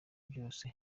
byose